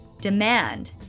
demand